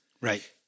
Right